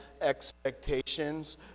expectations